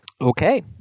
Okay